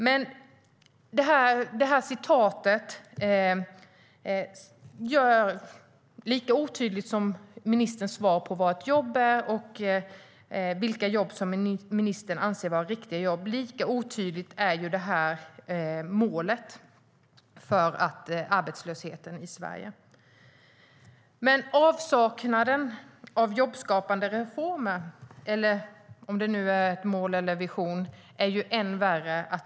Lika otydligt som ministerns svar är när det gäller vad som är ett jobb och vilka jobb som ministern anser vara riktiga jobb är målet för arbetslösheten i Sverige. Men avsaknaden av jobbskapande reformer - eller om de nu är mål eller visioner - är än värre.